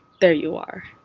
there you are.